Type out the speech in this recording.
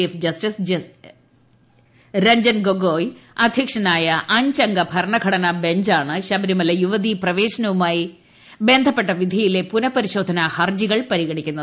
chief justice Ranjan ഗ്ലൊഗ്ഗോയി അധ്യക്ഷനായ അഞ്ചംഗ ഭരണഘടനാ ബഞ്ചാണ് ശ്ര്ബ്രിമല യുവതീ പ്രവേശനവുമായി ബന്ധപ്പെട്ട വിധിയിലെ പുനപരിശോധനാ ഹർജികൾ പരിഗണിക്കുന്നത്